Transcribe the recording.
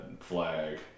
flag